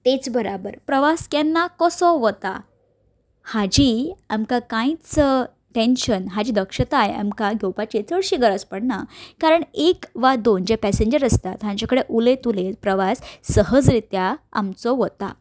तेच बराबर प्रवास केन्ना कसो वता हाजी आमकां कांयच टेंशन हाची दक्षताय आमकां घेवपाचेर चडशी गरज पडना कारण एक वा दोन जे पेसेंजर आसतात तांचे कडे उलयत उलयत प्रवास सहजरित्या आमचो वता